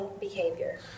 behavior